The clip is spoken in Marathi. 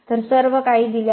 तर सर्व काही दिले आहे